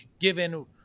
given